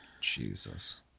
Jesus